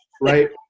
right